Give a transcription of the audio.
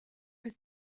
ist